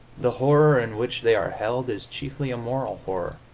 the horror in which they are held is chiefly a moral horror,